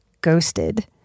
ghosted